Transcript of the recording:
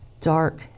dark